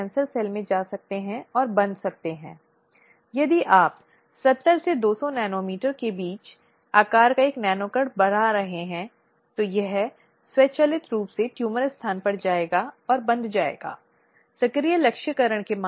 slide समय देखें 0715 पीड़ित के हिस्से पर जिम्मेदारी या कर्तव्य के संबंध में जो अन्य सबसे महत्वपूर्ण चीजें हैं मैं इसे कर्तव्य कहती हूं या एक जिम्मेदारी जिसे बोलने का यह प्रावधान है उसकी कई जगहों में आलोचना भी की गई है क्योंकि यह प्रावधान पीड़ित को दंडित करने के लिए है